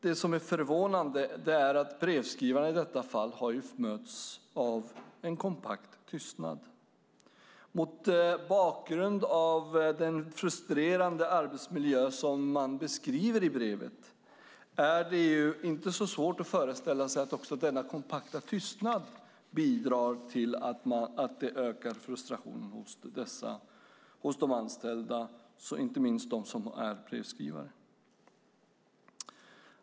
Det som är förvånande är att brevskrivarna har mötts av en kompakt tystnad. Mot bakgrund av den frustrerande arbetsmiljö som man beskriver i brevet är det inte svårt att föreställa sig att denna kompakta tystnad bidrar till att öka frustrationen hos de anställda, inte minst hos brevskrivarna.